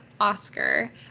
Oscar